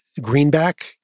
greenback